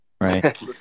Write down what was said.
right